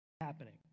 happening